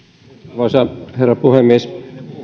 arvoisa herra puhemies